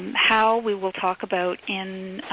how we will talk about in